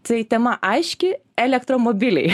tai tema aiški elektromobiliai